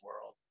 world